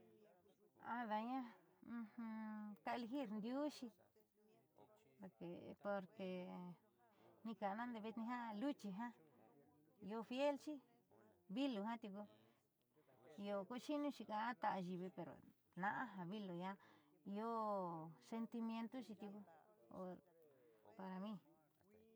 Ada'aña ka elegir ndiuuxi porque nii ka'ana ndeeveetnii ja luchi io fielxi vilu jiaa tiuku io cochinoxi ka'a ta ayiivi pero tna'a ja vilu jiaa io sentimientoxi tiuku para mí.